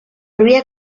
rubia